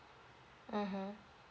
mmhmm